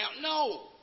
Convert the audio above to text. No